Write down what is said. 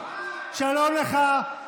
שלום לך.